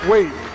Wait